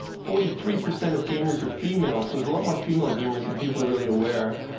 forty three percent of gamers are female. so there's a lot more female gamers than people are really aware.